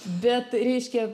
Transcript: bet reiškia